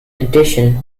addition